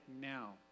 now